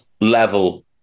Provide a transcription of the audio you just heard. level